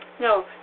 No